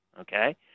okay